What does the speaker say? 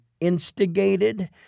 instigated